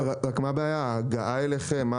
רק מה הבעיה, ההגעה אליכם?